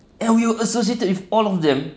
and you associated with all of them